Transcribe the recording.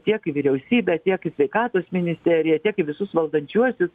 tiek į vyriausybę tiek į sveikatos ministeriją tiek į visus valdančiuosius